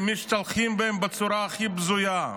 משתלחים בה בצורה הכי בזויה.